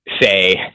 say